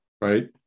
right